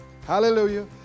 Hallelujah